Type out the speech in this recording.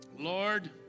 Lord